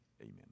amen